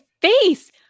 face